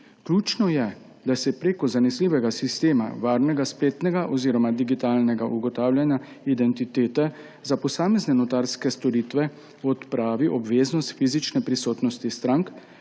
Ključno je, da se prek zanesljivega sistema, varnega spletnega oziroma digitalnega ugotavljanja identitete za posamezne notarske storitve odpravi obveznost fizične prisotnosti strank,